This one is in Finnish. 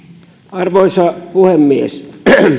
arvoisa puhemies